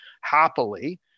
happily